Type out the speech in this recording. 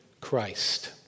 Christ